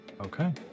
Okay